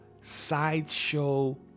sideshow